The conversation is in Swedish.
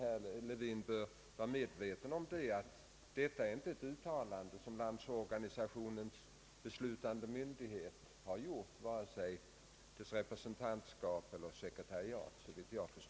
Herr Levin bör vara medveten om att detta — såvitt jag förstår — inte är ett uttalande som Landsorganisationens beslutande myndighet gjort, vare sig genom sitt representantskap eller genom sitt sekretariat.